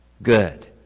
good